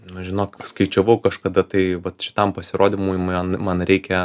nu žinok skaičiavau kažkada tai vat šitam pasirodymui man man reikia